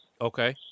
Okay